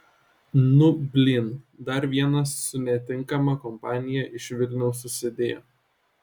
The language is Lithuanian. nu blyn dar vienas su netinkama kompanija iš vilniaus susidėjo